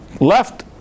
left